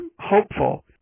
hopeful